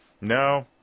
No